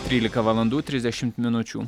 trylika valandų trisdešimt minučių